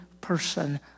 person